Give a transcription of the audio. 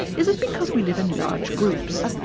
is it because we live in large groups?